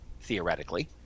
theoretically